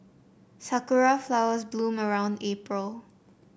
sakura flowers bloom around April